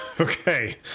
Okay